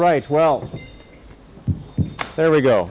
right well there we go